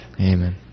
Amen